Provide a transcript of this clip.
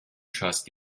trust